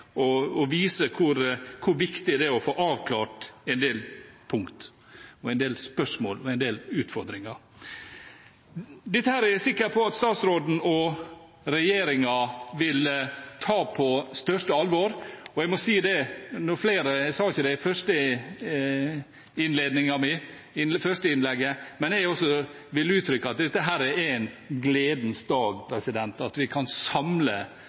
vise hvor viktig det er å få avklart en del punkter, og en del spørsmål og en del utfordringer. Dette er jeg sikker på at statsråden og regjeringen vil ta på største alvor. Jeg sa det ikke i det første innlegget mitt, men også jeg vil gi uttrykk for at dette er en gledens dag, at vi